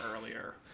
earlier